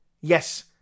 Yes